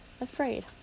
Afraid